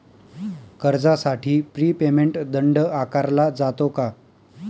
कर्जासाठी prepayment दंड आकारला जातो का?